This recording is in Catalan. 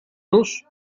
los